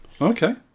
Okay